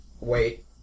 Wait